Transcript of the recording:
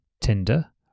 Tinder